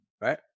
right